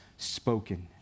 Spoken